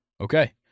Okay